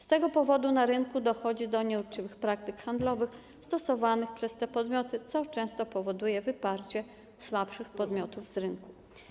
Z tego powodu na rynku dochodzi do nieuczciwych praktyk handlowych stosowanych przez te podmioty, co często powoduje wyparcie słabszych podmiotów z rynku.